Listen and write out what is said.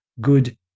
good